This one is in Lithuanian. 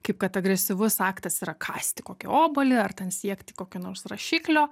kaip kad agresyvus aktas yra kąsti kokį obuolį ar ten siekti kokio nors rašiklio